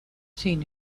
seen